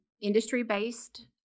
industry-based